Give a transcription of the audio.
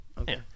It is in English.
okay